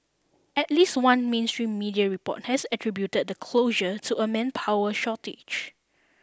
at least one mainstream media report has attributed the closure to a manpower shortage